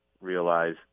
realize